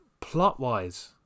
plot-wise